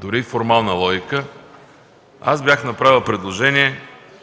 дори формална логика, аз бях направил предложение,